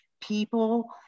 people